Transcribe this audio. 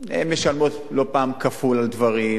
משלמות לא פעם כפול על דברים,